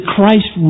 Christ